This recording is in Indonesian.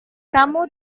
kamu